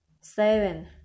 Seven